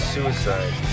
Suicide